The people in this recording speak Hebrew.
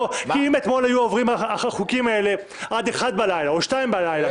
כי אם אתמול היו עוברים החוקים האלה עד אחת בלילה או עד שתיים בלילה,